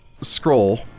scroll